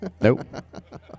Nope